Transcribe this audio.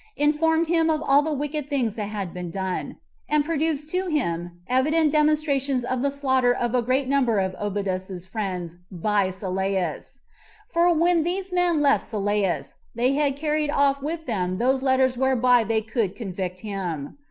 informed him of all the wicked things that had been done and produced to him evident demonstrations of the slaughter of a great number of obodas's friends by sylleus for when these men left sylleus, they had carried off with them those letters whereby they could convict him.